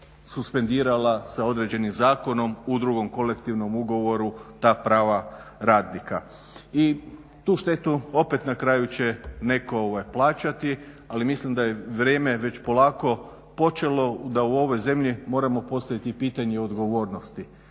suspendirala sa određenim zakonom u drugom kolektivnom ugovoru ta prava radnika. I tu štetu opet na kraju će netko plaćati, ali mislim da je vrijeme već polako počelo da u ovoj zemlji moramo postaviti pitanje odgovornosti.